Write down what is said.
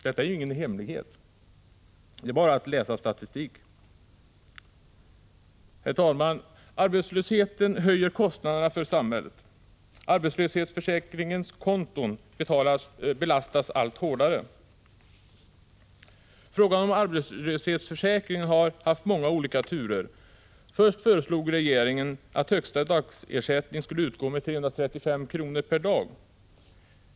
Det är ingen hemlighet — det är bara att läsa statistiken. Herr talman! Arbetslösheten höjer kostnaderna för samhället. Arbetslöshetsförsäkringens konton belastas allt hårdare. Frågan om arbetslöshetsförsäkringen har haft många olika turer. Först föreslog regeringen att den högsta dagersättningen skulle utgå med 335 kr./dag.